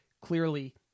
Clearly